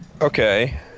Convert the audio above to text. Okay